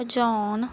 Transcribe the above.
ਭਜਾਉਣ